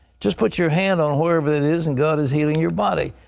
just put your hand on wherever it is, and god is healing your body.